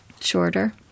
shorter